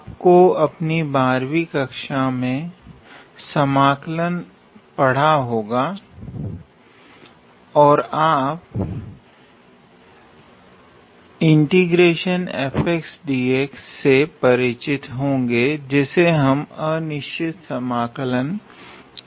आपने अपनी बारहवीं कक्षा में समाकलन पढ़ा होगा और आप से भी परिचित होंगे जिसे हम अनिश्चित समाकलन कहते है